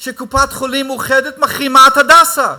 מכך שקופת-חולים מאוחדת מחרימה את "הדסה"?